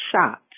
shot